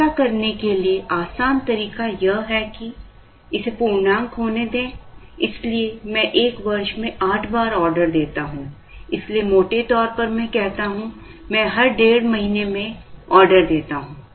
ऐसा करने के लिए आसान तरीका यह है कि इसे पूर्णांक होने दें इसलिए मैं एक वर्ष में 8 बार ऑर्डर देता हूं इसलिए मोटे तौर पर मैं कहता हूं मैं हर डेढ़ महीने में ऑर्डर देता हूं